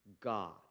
God